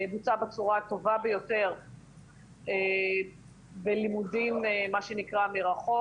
בוצע בצורה הטובה ביותר בלימודים מה שנקרא מרחוק,